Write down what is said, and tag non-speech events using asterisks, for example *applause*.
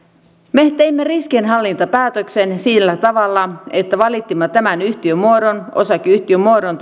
me teimme riskienhallintapäätöksen sillä tavalla että valitsimme tämän osakeyhtiömuodon *unintelligible*